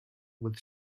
with